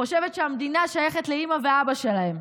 חושבת שהמדינה שייכת לאימא ואבא שלהם,